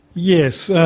yes,